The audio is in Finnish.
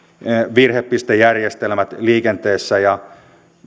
virhepistejärjestelmät liikenteessä